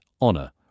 Honor